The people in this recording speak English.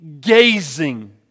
gazing